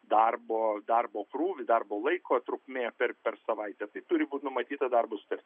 darbo darbo krūvį darbo laiko trukmė per per savaitę tai turi būt numatyta darbo sutarty